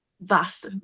vast